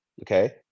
Okay